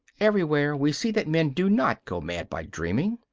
everywhere we see that men do not go mad by dreaming.